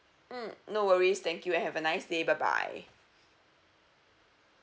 mm no worries thank you and have a nice day bye bye